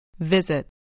Visit